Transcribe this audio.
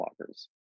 Lockers